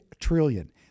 trillion